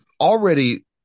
already